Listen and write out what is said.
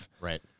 Right